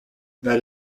that